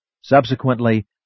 subsequently